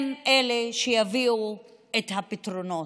הם שיביאו את הפתרונות.